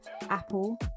Apple